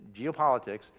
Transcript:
geopolitics